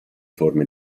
forme